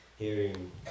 hearing